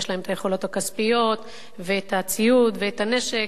יש להם את היכולות הכספיות ואת הציוד ואת הנשק.